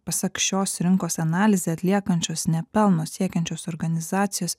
pasak šios rinkos analizę atliekančios nepelno siekiančios organizacijos